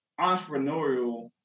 entrepreneurial